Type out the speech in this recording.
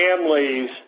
families